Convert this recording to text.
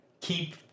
keep